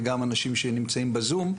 וגם אנשים שנמצאים בזום,